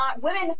women